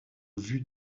vue